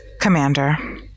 Commander